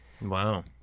Wow